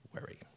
worry